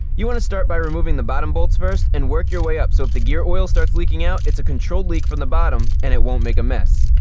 you want to start by removing the bottom bolts first and work your way up so if the gear oil starts leaking out, it's a controlled leak from the bottom, and it won't make a mess.